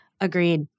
Agreed